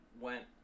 went